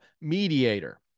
mediator